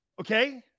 Okay